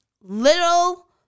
little